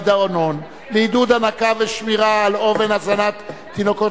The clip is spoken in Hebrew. לעידוד הנקה ושמירה על אופן הזנת תינוקות,